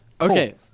Okay